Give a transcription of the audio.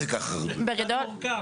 בבקשה.